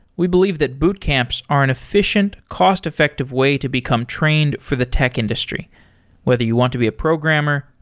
we believe that boot camps are an efficient, cost-effective way to become trained for the tech industry whether you want to be a programmer,